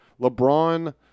LeBron